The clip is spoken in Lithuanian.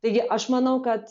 taigi aš manau kad